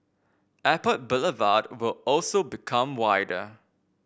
Airport Boulevard will also become wider